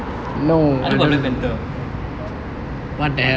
I wrote about black panther